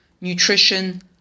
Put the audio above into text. Nutrition